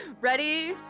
Ready